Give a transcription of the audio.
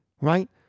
right